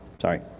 sorry